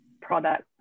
product